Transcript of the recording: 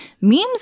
Memes